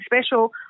special